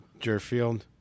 Jerfield